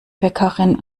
bäckerin